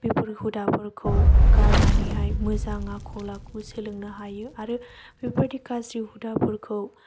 बेफोर हुदाफोरखौ गारनानैहाय मोजां आखल आखु सोलोंनो हायो आरो बेफोरबायदि गाज्रि हुदाफोरखौ